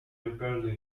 apparently